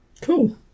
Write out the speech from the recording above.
Cool